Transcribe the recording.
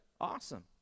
awesome